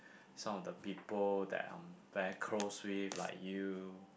some of the people that I'm very close with like you